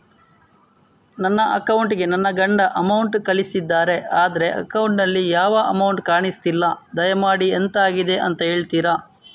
ನನ್ನ ಅಕೌಂಟ್ ಗೆ ನನ್ನ ಗಂಡ ಅಮೌಂಟ್ ಕಳ್ಸಿದ್ದಾರೆ ಆದ್ರೆ ಅಕೌಂಟ್ ನಲ್ಲಿ ಯಾವ ಅಮೌಂಟ್ ಕಾಣಿಸ್ತಿಲ್ಲ ದಯಮಾಡಿ ಎಂತಾಗಿದೆ ಅಂತ ಹೇಳ್ತೀರಾ?